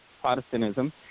Protestantism